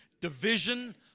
division